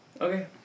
Okay